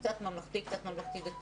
וגם קצת ממלכתי וקצת ממלכתי-דתי,